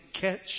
catch